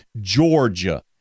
Georgia